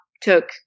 took